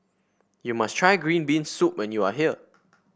you must try Green Bean Soup when you are here